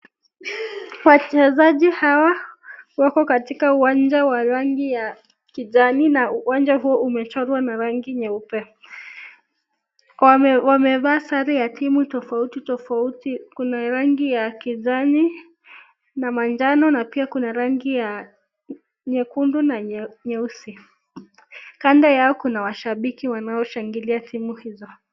Wachezaji hawa wako katika uwanja wa rangi ya kijani, na uwanja huu umechorwa na rangi nyeupe, wamevaa sare ya timu tofauti tofauti , kuna rangi ya kijani na manjano na pia kuna rangi nyekendu na nyeusi. Kando yao kuna mashabiki ambao wanashangilia timu hizo.